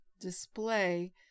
display